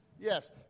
yes